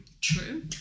True